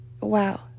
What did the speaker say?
wow